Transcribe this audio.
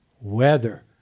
weather